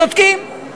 צודקים.